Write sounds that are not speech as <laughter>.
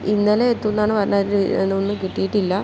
ഇന്നലെ എത്തുമെന്നാണ് പറഞ്ഞത് <unintelligible> ഒന്നും കിട്ടിയിട്ടില്ല